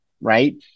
right